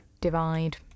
Divide